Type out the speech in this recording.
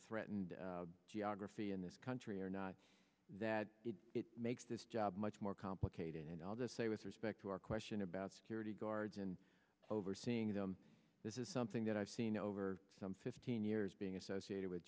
threatened geography in this country or not that it makes this job much more complicated and i'll just say with respect to our question about security guards and overseeing them this is something that i've seen over some fifteen years being associated with